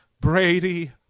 Brady